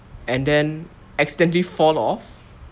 and then accidentally fall off